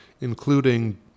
including